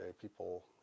people